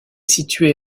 situé